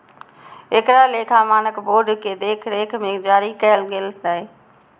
एकरा लेखा मानक बोर्ड के देखरेख मे जारी कैल गेल रहै